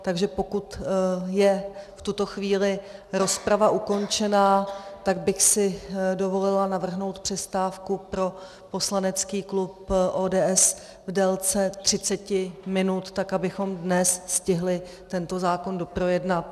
Takže pokud je v tuto chvíli rozprava ukončena, tak bych si dovolila navrhnout přestávku pro poslanecký klub ODS v délce třiceti minut, tak abychom dnes stihli tento zákon doprojednat.